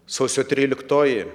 sausio tryliktoji